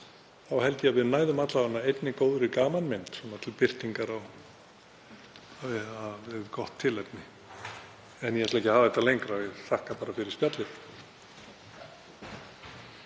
þá held ég að við næðum alla vega einni góðri gamanmynd svona til birtingar á góðu tilefni. En ég ætla ekki að hafa þetta lengra og þakka bara fyrir spjallið.